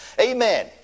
amen